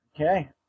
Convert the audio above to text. Okay